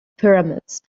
pyramids